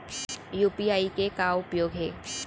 UPI के का उपयोग हे?